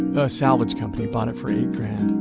the salvage company bought it for eight grand,